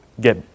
get